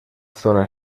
zona